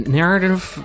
narrative